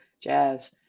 jazz